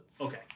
okay